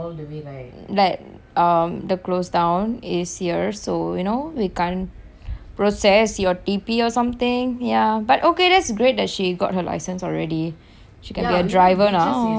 like um the close down is here so you know we can't process your T_P or something ya but okay that's great that she got her license already she can be a driver now